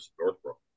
Northbrook